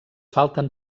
falten